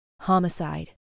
homicide